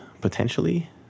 potentially